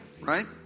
Right